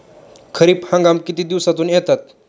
खरीप हंगाम किती दिवसातून येतात?